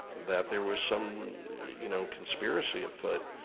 that there was some you know conspiracy afoot.